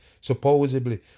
Supposedly